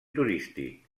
turístic